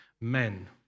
men